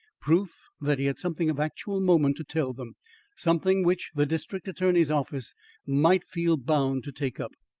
proof that he had something of actual moment to tell them something which the district attorney's office might feel bound to take up.